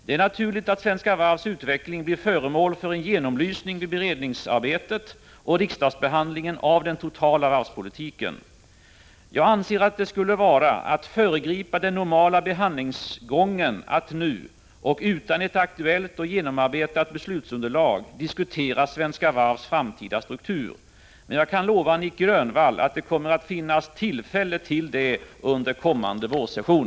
Det är naturligt att Svenska Varvs utveckling blir föremål för en genomlysning vid beredningsarbetet och riksdagsbehandlingen av den totala varvspolitiken. Jag anser att det skulle vara att föregripa den normala behandlingsgången att nu och utan ett aktuellt och genomarbetat beslutsunderlag diskutera Svenska Varvs framtida struktur. Men jag kan lova Nic Grönvall att det kommer att finnas tillfälle till det under kommande vårsession.